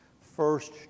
first